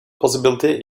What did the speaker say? possibility